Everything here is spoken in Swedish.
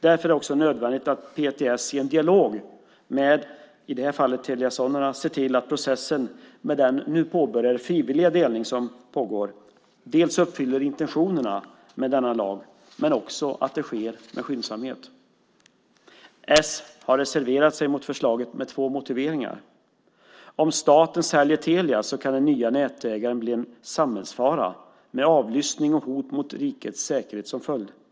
Därför är det också nödvändigt att PTS i en dialog, i det här fallet med Telia Sonera, ser till att processen med den nu påbörjade frivilliga delningen dels uppfyller intentionerna med denna lag, dels ser till att det sker med skyndsamhet. S har reserverat sig mot förslaget med två motiveringar. Om staten säljer Telia kan den nya nätägaren bli en samhällsfara med avlyssning och hot mot rikets säkerhet som följd, menar man.